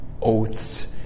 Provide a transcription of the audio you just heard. oaths